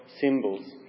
symbols